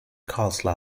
carlisle